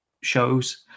shows